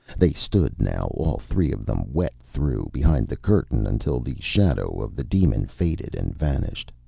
they stood now, all three of them, wet through, behind the curtain until the shadow of the demon faded and vanished.